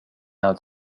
out